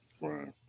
Right